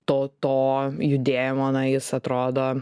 to to judėjimo na jis atrodo